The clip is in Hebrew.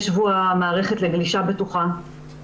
יש שבוע מערכת לגלישה בטוחה.